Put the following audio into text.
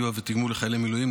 סיוע ותגמול לחיילי מילואים,